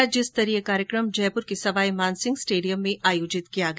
राज्य स्तरीय कार्यक्रम जयपुर के सवाई मानसिंह स्टेडियम में आयोजित किया गया